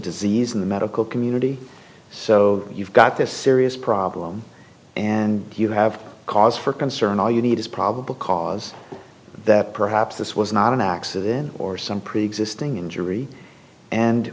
disease in the medical community so you've got this serious problem and you have cause for concern all you need is probable cause that perhaps this was not an accident or some preexisting injury and